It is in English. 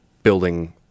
Building